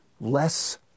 less